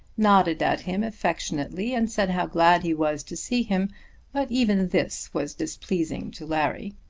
nodded at him affectionately, and said how glad he was to see him but even this was displeasing to larry.